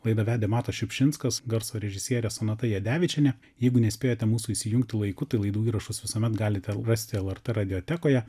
laidą vedė matas šiupšinskas garso režisierė sonata jadevičienė jeigu nespėjote mūsų įsijungti laiku tai laidų įrašus visuomet galite rasti lrt radiotekoje